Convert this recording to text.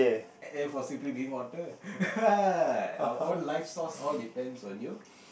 a~ aim for simply water our own life source all depends on you